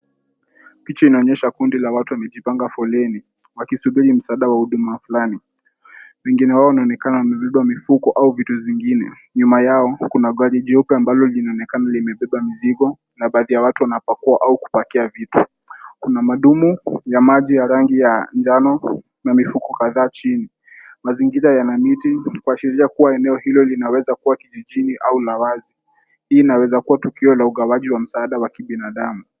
Picha inaonyesha kundi la watu wamejipanga foleni wakisubiri msaada wa huduma fulani. Wengine wao wanaonekana wamebeba mifuko au vitu zingine. Nyuma yao kuna gari jeupe ambalo linaonekana limebeba mizigo na baadhi ya watu wanapakua au kupakia vitu. Kuna madumu ya maji ya rangi ya njano na mifuko kadhaa chini. Mazingira yana miti kuashiria kuwa eneo hilo linaweza kuwa kijijini au la wazi. Hii inaweza kuwa tukio la ugawaji wa msaada wa kibinadamu.